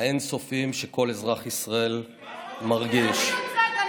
האין-סופיים שכל אזרח בישראל מרגיש, אני מצטערת.